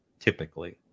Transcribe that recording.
typically